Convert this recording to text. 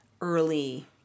early